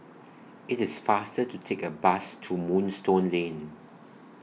IT IS faster to Take A Bus to Moonstone Lane